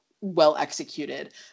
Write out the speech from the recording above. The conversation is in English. well-executed